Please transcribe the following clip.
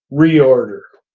reorder.